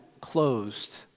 closed